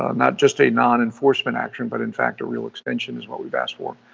um not just a non-enforcement action, but in fact a real extension is what we've asked for.